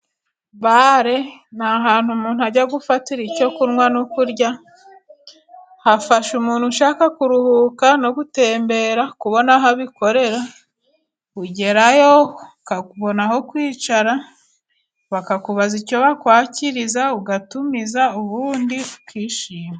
Bare ni ahantu umuntu ajyagufatira icyo kunywa no kurya. Hafasha umuntu ushaka kuruhuka no gutembera kubona aho abikorera, ugerayo ukabona aho kwicara bakakubaza icyo bakwakiriza, ugatumiza ubundi ukishima.